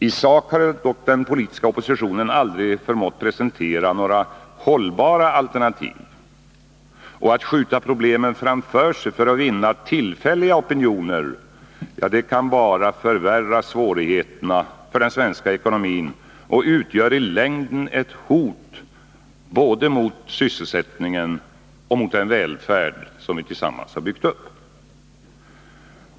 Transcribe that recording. I sak har dock den politiska oppositionen aldrig förmått presentera några hållbara alternativ. Och att skjuta problemen framför sig för att vinna tillfälliga opinioner, det kan bara förvärra svårigheterna för den svenska ekonomin, och det utgör i längden ett hot både mot sysselsättningen och mot den välfärd som vi tillsammans har byggt upp.